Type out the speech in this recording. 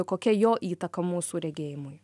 kokia jo įtaka mūsų regėjimui